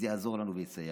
זה יעזור לנו ויסייע.